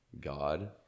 God